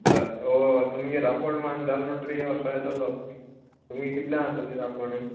होय तुमगे रांपोण मान जाल म्हुटरी व्होरपा येतोलो तुमगे कितल्यां जातोली रांपोणी